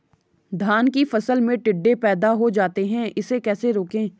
धान की फसल में टिड्डे पैदा हो जाते हैं इसे कैसे रोकें?